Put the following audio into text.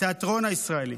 לתיאטרון הישראלי.